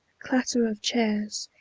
clatter of chairs,